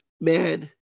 Man